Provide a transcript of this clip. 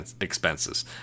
expenses